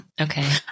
Okay